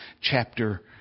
chapter